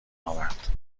آورد